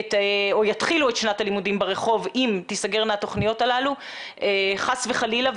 את שנת הלימודים ברחוב אם תיסגרנה התוכניות הללו חס וחלילה,